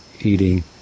eating